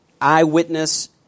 eyewitness